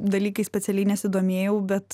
dalykais specialiai nesidomėjau bet